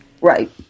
Right